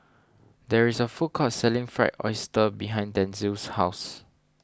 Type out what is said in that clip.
there is a food court selling Fried Oyster behind Denzil's house